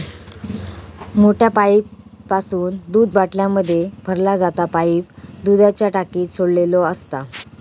मोठ्या पाईपासून दूध बाटल्यांमध्ये भरला जाता पाईप दुधाच्या टाकीक जोडलेलो असता